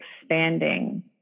expanding